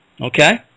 okay